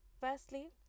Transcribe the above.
firstly